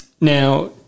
Now